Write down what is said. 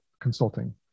Consulting